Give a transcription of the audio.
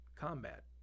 combat